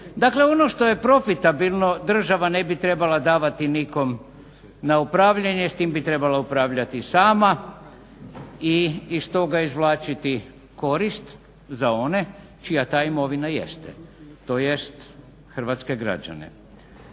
Dakle, ono što je profitabilno država ne bi trebala davati nikom na upravljanje, s tim bi trebala upravljati sama i iz toga izvlačiti korist za one čija ta imovina jeste tj. hrvatske građane.